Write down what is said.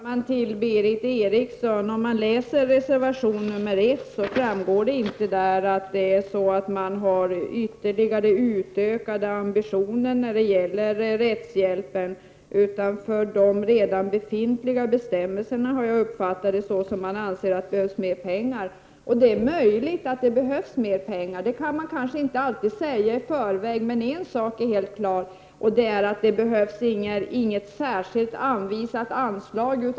Herr talman! Till Berith Eriksson vill jag säga att det framgår inte av reservation 1 att man har ytterligare utökade ambitioner när det gäller rättshjälpen, utan jag har uppfattat det så att man anser att det behövs mer pengar för att användas enligt nu gällande bestämmelser. Det är möjligt att det behövs mer pengar. Om det är så kan man inte alltid säga i förväg, men en sak är helt klar, och det är att det behövs inget särskilt anvisat anslag.